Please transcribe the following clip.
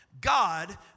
God